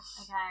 okay